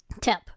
tip